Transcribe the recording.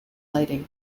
lighting